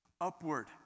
upward